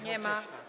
Nie ma.